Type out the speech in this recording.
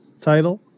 title